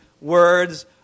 words